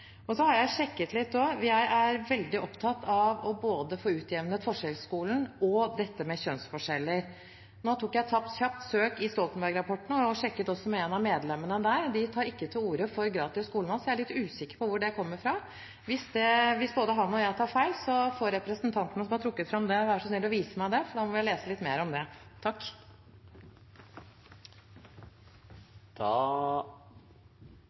skolemat, så jeg er litt usikker på hvor det kommer fra. Hvis både han og jeg tar feil, får representanten som har trukket det fram, være snill og vise meg det, for da må jeg lese litt mer om det.